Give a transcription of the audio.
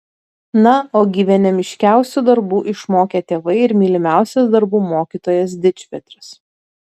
na o gyvenimiškiausių darbų išmokė tėvai ir mylimiausias darbų mokytojas dičpetris